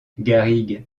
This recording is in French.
garrigues